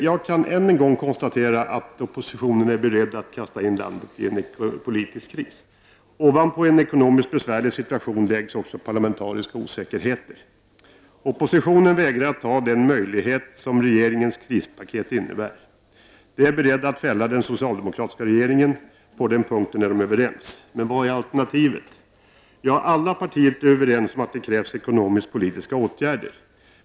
Jag kan ännu en gång konstatera att oppositionen är beredd att föra landet in i en politisk kris. Ovanpå en ekonomiskt besvärlig situation läggs också parlamentariska osäkerheter. Oppositionen vägrar att ta den möjlighet som regeringens krispaket innebär och är beredd att fälla den socialdemokratiska regeringen. På den punkten är oppositionspartierna överens, men vad är alternativet? Alla partier är överens om att det krävs ekonomisk-politiska åtgärder.